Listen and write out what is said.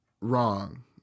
wrong